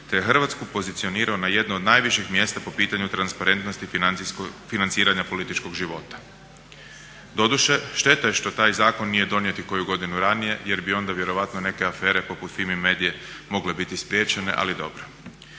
te Hrvatsku pozicionirao na jednu od najviših mjesta po pitanju transparentnosti financiranja političkog života. Doduše šteta je što taj zakon nije donijet i koju godinu ranije jer bi onda vjerojatno neke afere poput FIMI MEDIA-e mogle biti spriječene ali dobro.